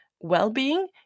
well-being